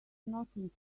nothing